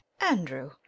andrew